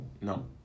No